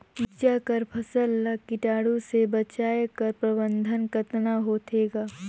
मिरचा कर फसल ला कीटाणु से बचाय कर प्रबंधन कतना होथे ग?